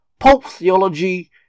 pulptheology